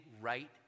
right